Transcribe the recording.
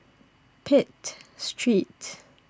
Pitt Streets